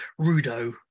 Rudo